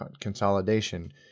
consolidation